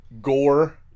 gore